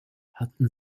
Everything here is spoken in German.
hatten